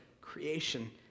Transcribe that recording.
creation